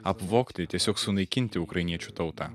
apvogti tiesiog sunaikinti ukrainiečių tautą